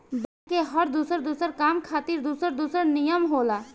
bank के हर दुसर दुसर काम खातिर दुसर दुसर नियम होला